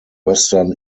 western